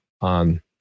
on